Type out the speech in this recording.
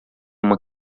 uma